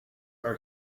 are